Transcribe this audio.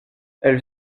elle